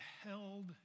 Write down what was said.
held